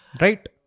right